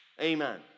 Amen